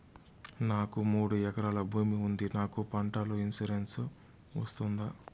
నాకు మూడు ఎకరాలు భూమి ఉంది నాకు పంటల ఇన్సూరెన్సు వస్తుందా?